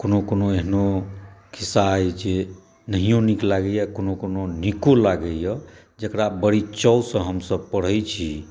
कोनो कोनो एहनो खीस्सा अइ जे नहियो नीक लगैया कोनो कोनो नीको लगैया जकरा बड़ी चावसँ हमसभ पढ़ै छी